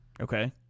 Okay